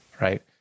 right